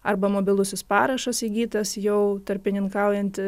arba mobilusis parašas įgytas jau tarpininkaujant